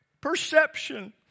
perception